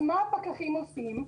במקרה מה שהפקחים עושים,